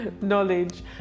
knowledge